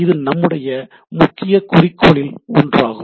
இது நம்முடைய முக்கிய குறிக்கோளில் ஒன்றாகும்